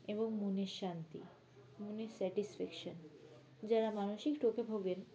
এবং মনের শান্তি মনের স্যাটিসফ্যাকশান যারা মানসিক রোগে ভোগেন